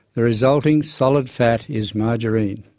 the resulting solid fat is margarine.